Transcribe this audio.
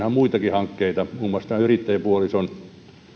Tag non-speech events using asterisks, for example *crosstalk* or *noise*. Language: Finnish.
*unintelligible* on muitakin hankkeita muun muassa yrittäjäpuolison